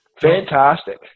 Fantastic